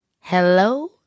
hello